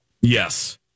Yes